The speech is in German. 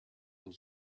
und